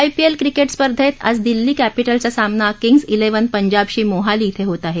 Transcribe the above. IPL cricket स्पर्धेत आज दिल्ली कॅपिटल्सचा सामना किंग्ज इलेव्हन पंजाबशी मोहाली इथं होत आहे